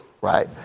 right